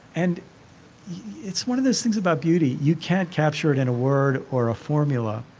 and it's one of those things about beauty. you can't capture it in a word or a formula.